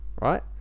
right